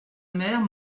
mère